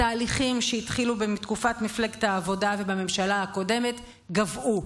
התהליכים שהתחילו בתקופת מפלגת העבודה ובממשלה הקודמת גוועו,